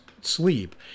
sleep